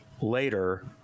later